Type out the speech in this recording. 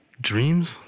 dreams